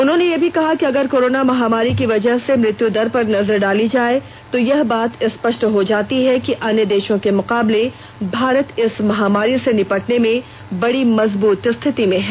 उन्होंने यह भी कहा कि अगर कोरोना महामारी की वजह से मृत्यु दर पर नजर डाली जाए तो यह बात स्पष्ट हो जाती है कि अन्य देशों के मुकाबले भारत इस महामारी से निपटने में बड़ी मजबूत स्थिति में है